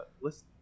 list